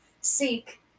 Seek